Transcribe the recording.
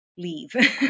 leave